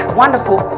wonderful